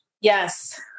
Yes